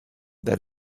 that